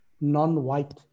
non-white